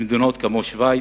במדינות כמו שווייץ,